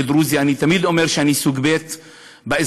כדרוזי אני תמיד אומר שאני סוג ב' באזרחות.